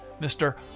Mr